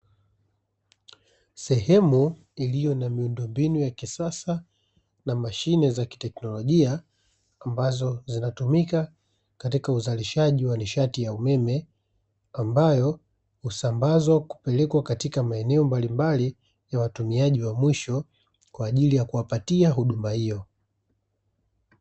Sehemu iliyo na miundombinu ya kisasa na mashine za kiteknolojia, ambazo zinatumika katika uzalishaji wa nishati ya umeme ambayo usambazwa kupelekwa katika maeneo mbalimbali ya watumiaji wa mwisho kwa ajili ya kuwapatia huduma hio.